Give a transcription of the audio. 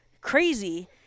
crazy